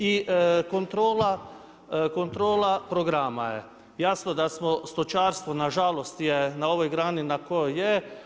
I kontrola programa je, jasno da smo stočarstvo, na žalost je na ovoj grani kojoj je.